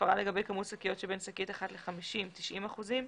הפרה לגבי כמות שקיות שבין שקית אחת ל-50 90 אחוזים,